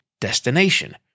destination